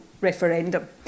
referendum